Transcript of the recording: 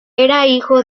hijo